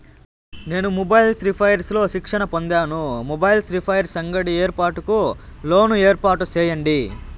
నేను mobiles repairs లో శిక్షణ పొందాను, మొబైల్ రిపైర్స్ అంగడి ఏర్పాటుకు లోను ఏర్పాటు సేయండి?